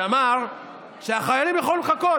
שאמר שהחיילים יכולים לחכות.